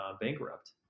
bankrupt